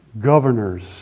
governors